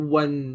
one